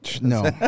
No